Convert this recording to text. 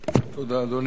תודה, אדוני.